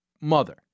mother